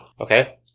Okay